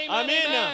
amen